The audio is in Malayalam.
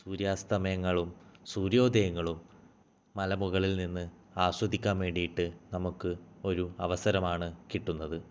സൂര്യാസ്തമയങ്ങളും സൂര്യോദയങ്ങളും മലമുകളിൽ നിന്ന് ആസ്വദിക്കാൻ വേണ്ടിയിട്ട് നമുക്ക് ഒരു അവസരമാണ് കിട്ടുന്നത്